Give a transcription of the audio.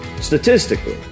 statistically